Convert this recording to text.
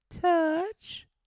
touch